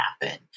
happen